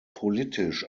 politisch